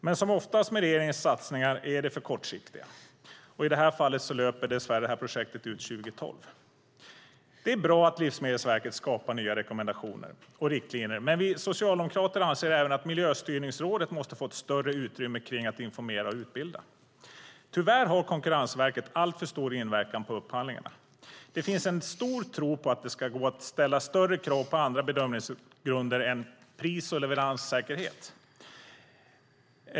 Men som oftast med regeringens satsningar är de för kortsiktiga, och i det här fallet löper dess värre projektet ut 2012. Det är bra att Livsmedelsverket skapar nya rekommendationer och riktlinjer, men vi socialdemokrater anser att även Miljöstyrningsrådet måste få ett större utrymme att informera och utbilda. Tyvärr har Konkurrensverket alltför stor inverkan på upphandlingarna. Det finns en stor tro på att det inte ska gå att ställa större krav på andra bedömningsgrunder än pris och leveranssäkerhet.